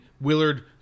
Willard